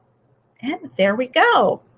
and there we go.